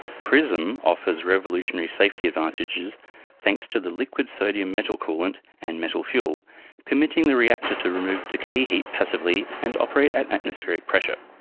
prism offers revolutionary safety advantages thanks to the liquid sodium metal coolant and metal fuel, permitting the reactor to remove decay heat passively and operate at atmospheric pressure.